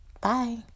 bye